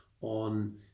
on